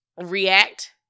react